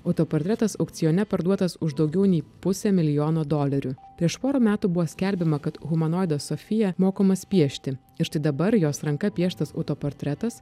autoportretas aukcione parduotas už daugiau nei pusę milijono dolerių prieš porą metų buvo skelbiama kad humanoidas sofija mokomas piešti ir štai dabar jos ranka pieštas autoportretas